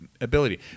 ability